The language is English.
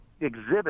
exhibit